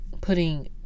putting